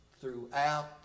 throughout